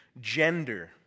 gender